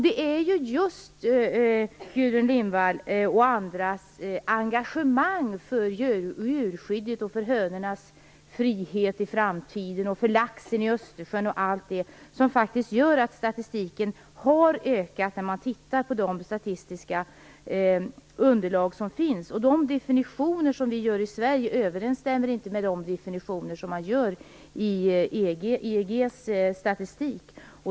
Det är just Gudrun Lindvalls och andras engagemang för djurskyddet, för hönornas frihet i framtiden, för laxen i Östersjön och allt annat som gör att antalet försök har ökat i statistiken. När man tittar på det statistiska underlag som finns ser man att de definitioner som vi gör i Sverige inte överensstämmer med de definitioner man gör i EEG:s statistik.